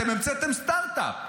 אתם המצאתם סטרטאפ,